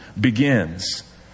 begins